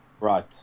Right